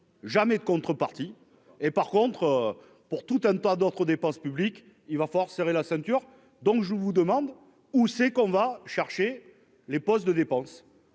jamais de contrepartie et par contre pour tout à ne pas d'autres dépenses publiques, il va falloir serrer la ceinture, donc je vous demande où c'est qu'on va chercher les postes de dépenses.